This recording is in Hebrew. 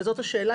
וזאת השאלה,